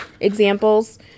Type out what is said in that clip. examples